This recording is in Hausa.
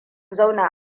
zauna